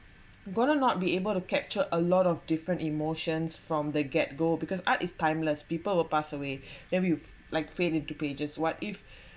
going to not be able to capture a lot of different emotions from the get go because art is timeless people will pass away then we f~ like faded to pages what if